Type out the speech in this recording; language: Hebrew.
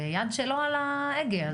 זה כשהוא נמצא על ההגה.